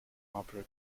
opera